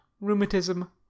rheumatism